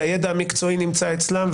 והידע המקצועי נמצא אצלם,